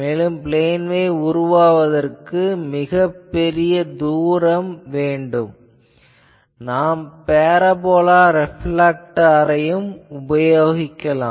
மேலும் plane wave உருவாக்குவதற்கு மிகப் பெரிய தூரம் வேண்டும் நாம் பேரபோலா ரெப்லேக்டரையும் உபயோகிக்கலாம்